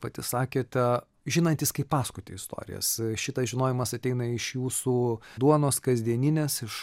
pati sakėte žinantis kaip pasakoti istorijas šitas žinojimas ateina iš jūsų duonos kasdieninės iš